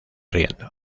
riendo